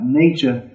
nature